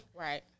Right